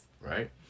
Right